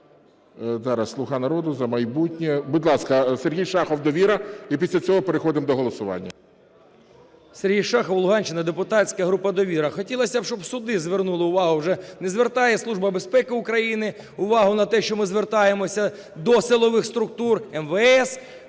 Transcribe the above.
Зараз. "Слуга народу", "За майбутнє"… Будь ласка, Сергій Шахов, "Довіра". І після цього переходимо до голосування. 15:03:23 ШАХОВ С.В. Сергій Шахов, Луганщина, депутатська група "Довіра". Хотілося б, щоб суди звернули увагу, вже не звертає Служба безпеки України увагу на те, що ми звертаємося до силових структур, МВС,